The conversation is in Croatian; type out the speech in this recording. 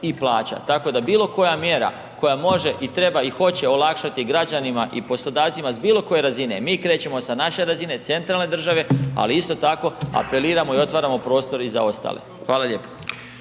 i plaća. Tako da bilo koja mjera koja može i treba i hoće olakšati građanima i poslodavcima s bilo koje razine, mi krećemo sa naše razine centralne države, ali isto tako apeliramo i otvaramo prostor i za ostale. Hvala lijepo.